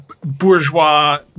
bourgeois